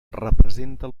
representa